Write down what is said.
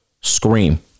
scream